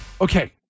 Okay